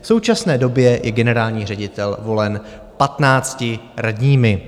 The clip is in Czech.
V současné době je i generální ředitel volen 15 radními.